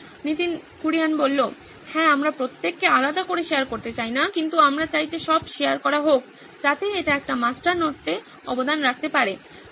নীতিন কুরিয়ান হ্যাঁ আমরা প্রত্যেককে আলাদা করে শেয়ার করতে চাই না কিন্তু আমরা চাই যে সব শেয়ার করা হোক যাতে এটি একটি মাস্টার নোটে অবদান রাখতে পারে